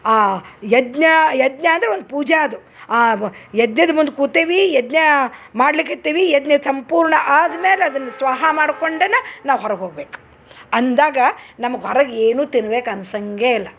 ಆ ಯಜ್ಞ ಯಜ್ಞ ಅಂದ್ರ ಒಂದು ಪೂಜೆ ಅದು ಆ ಯಜ್ಞದ ಮುಂದ ಕೂತೇವೀ ಯಜ್ಞ ಮಾಡ್ಲಿಕ್ಕೆ ಹತ್ತೀವಿ ಯಜ್ಞದ ಸಂಪೂರ್ಣ ಆದ್ಮೇಲೆ ಅದನ್ನ ಸ್ವಾಹ ಮಾಡ್ಕೊಂಡನ ನಾವು ಹೊರಗೆ ಹೋಗ್ಬೇಕು ಅಂದಾಗ ನಮ್ಗ ಹೊರಗೆ ಏನು ತಿನ್ಬೇಕು ಅನ್ಸಂಗೆ ಇಲ್ಲ